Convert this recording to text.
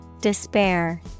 Despair